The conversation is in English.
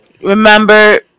Remember